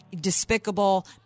despicable